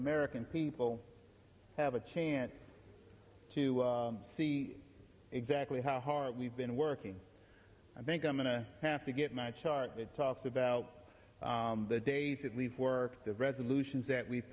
american people have a chance to see exactly how hard we've been working i think i'm going to have to get my chart that talks about the days that leave work the resolutions that we